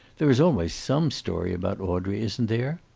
there is always some story about audrey, isn't there?